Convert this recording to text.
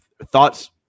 thoughts